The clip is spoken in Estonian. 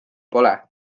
pole